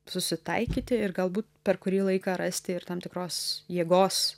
susitaikyti ir galbūt per kurį laiką rasti ir tam tikros jėgos